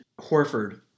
Horford